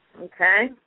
Okay